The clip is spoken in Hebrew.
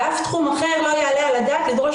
באף תחום אחר לא יעלה על הדעת לדרוש